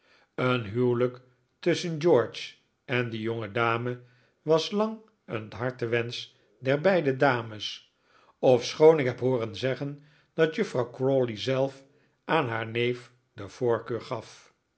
een huwelijk tusschen george en die jonge dame was lang een hartewensch der beide dames ofschoon ik heb hooren zeggen dat juffrouw crawley zelf aan haar neef de voorkeur gaf